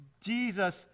Jesus